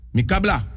Mikabla